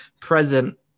present